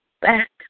back